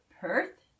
Perth